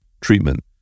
treatment